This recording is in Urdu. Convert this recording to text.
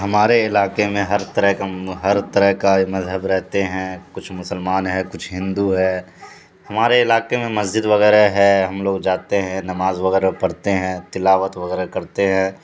ہمارے علاقے میں ہر طرح کا ہر طرح کا مذہب رہتے ہیں کچھ مسلمان ہے کچھ ہندو ہے ہمارے علاقے میں مسجد وغیرہ ہے ہم لوگ جاتے ہیں نماز وغیرہ پڑھتے ہیں تلاوت وغیرہ کرتے ہیں